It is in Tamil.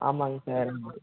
ஆமாங்க சார்